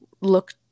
look